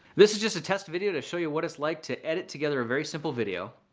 this is just a test video to show you what it's like to edit together a very simple video.